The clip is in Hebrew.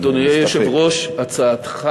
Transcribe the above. אדוני היושב-ראש, הצעתך